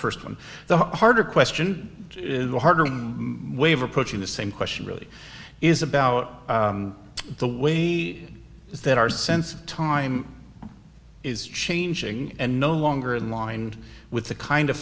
st one the harder question the harder way of approaching the same question really is about the way that our sense of time is changing and no longer in line with the kind of